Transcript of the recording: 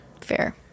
fair